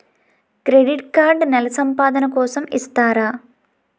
Credit card నెల సంపాదన కోసం ఇస్తారా?